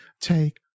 take